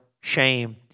shame